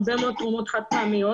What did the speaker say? הרבה מאוד תרומות חד פעמיות.